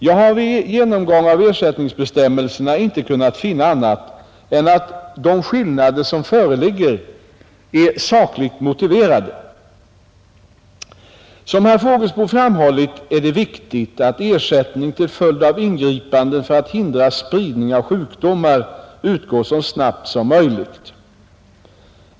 Jag har vid genomgång av ersättningsbestämmelserna inte kunnat finna annat än att de skillnader som föreligger är sakligt motiverade. Som herr Fågelsbo framhållit är det viktigt att ersättning till följd av ingripanden för att hindra spridning av sjukdomar utgår så snabbt som möjligt.